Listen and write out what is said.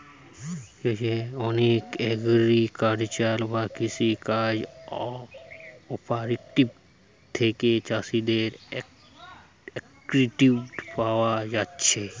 অনেক এগ্রিকালচারাল বা কৃষি কাজ কঅপারেটিভ থিকে চাষীদের ক্রেডিট পায়া যাচ্ছে